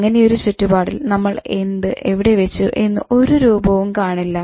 അങ്ങനെ ഒരു ചുറ്റുപാടിൽ നമ്മൾ എന്ത് എവിടെ വച്ചു എന്ന് ഒരു രൂപവും കാണില്ല